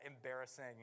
embarrassing